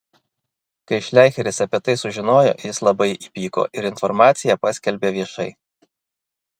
kai šleicheris apie tai sužinojo jis labai įpyko ir informaciją paskelbė viešai